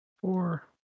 Four